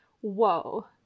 Whoa